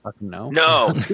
No